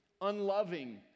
unloving